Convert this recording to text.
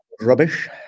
Rubbish